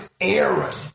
Aaron